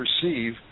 perceive